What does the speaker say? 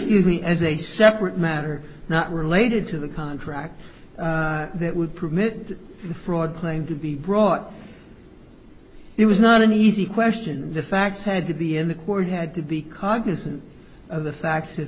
we as a separate matter not related to the contract that would permit the fraud claim to be brought it was not an easy question the facts had to be in the court had to be cognizant of the facts